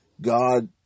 God